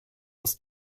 aus